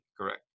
correct